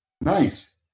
Nice